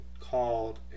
called